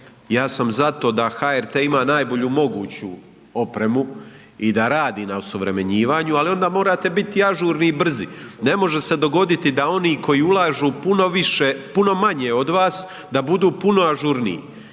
ja sam za to da HRT ima najbolju moguću opremu i da radi na osuvremenjivanju, ali onda morate biti ažurni i brzi. Ne može se dogoditi da oni koji ulažu puno manje od vas da budu puno ažurniji.